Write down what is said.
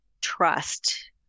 trust